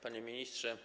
Panie Ministrze!